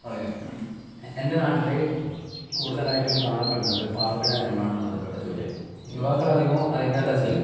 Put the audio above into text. പറയാം എൻ്റെ നാട്ടിൽ കൂടുതലായിട്ടും കാണപ്പെടുന്നത് പാർപ്പിട നിർമ്മാണം ബന്ധപ്പെട്ട ജോലിയാണ് യുവാക്കൾ അധികവും അതിൻ്റെത്ത് ആണ് ചെയ്യുന്നത്